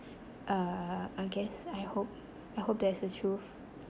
uh I guess I hope I hope that's the truth